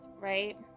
Right